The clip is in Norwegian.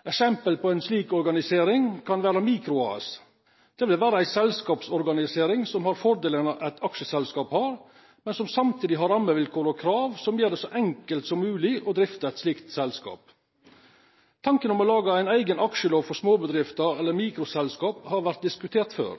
Eit eksempel på ei slik organisering kan være eit mikro-AS. Det bør vera ei selskapsorganisering som har dei fordelane eit aksjeselskap har, men som samtidig har rammevilkår og krav som gjer det så enkelt som mogleg å drifta eit slikt selskap. Tanken om å laga ein eigen aksjelov for småbedrifter eller mikroaksjeselskap har vore diskutert før.